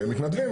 ומתנדבים,